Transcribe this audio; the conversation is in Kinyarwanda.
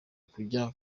kujya